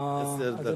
עשר דקות.